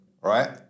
right